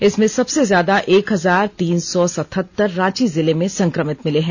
इसमें सबसे ज्यादा एक हजार तीन सौ सतहत्तर रांची जिले में संक्रमित मिले हैं